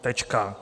Tečka.